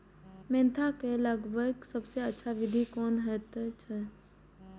Mentha के लगवाक सबसँ अच्छा विधि कोन होयत अछि?